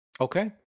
Okay